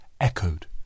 echoed